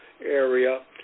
area